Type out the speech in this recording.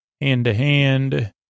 hand-to-hand